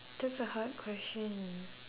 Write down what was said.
that's a hard question